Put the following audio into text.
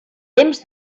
temps